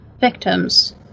victims